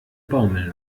baumeln